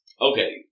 Okay